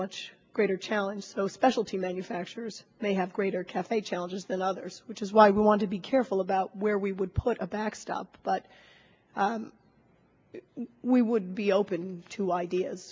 much greater challenge so specialty manufacturers may have greater cafe challenges than others which is why we want to be careful about where we would put a backstop but we would be open to ideas